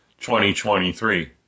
2023